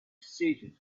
seated